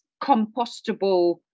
compostable